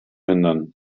hindern